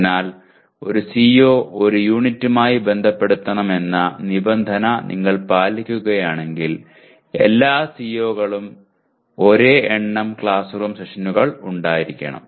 അതിനാൽ ഒരു CO ഒരു യൂണിറ്റുമായി ബന്ധപ്പെടുത്തണമെന്ന നിബന്ധന നിങ്ങൾ പാലിക്കുകയാണെങ്കിൽ എല്ലാ CO കളും ഒരേ എണ്ണം ക്ലാസ് റൂം സെഷനുകൾ ഉണ്ടായിരിക്കണം